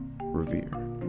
revere